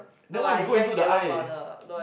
that what if you go into the eyes